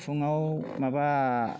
फुङाव माबा